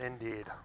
indeed